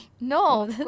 no